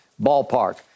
ballpark